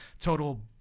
Total